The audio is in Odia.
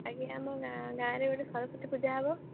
ଆଜ୍ଞା ଆମ ଗାଁ ଗାଁରେ ଗୋଟେ ସରସ୍ଵତୀ ପୂଜା ହେବ